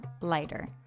lighter